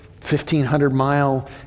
1,500-mile